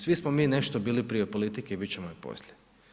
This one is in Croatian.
Svi smo mi nešto bili prije politike i bit ćemo i poslije.